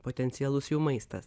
potencialus jų maistas